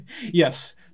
Yes